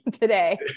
today